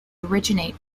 originate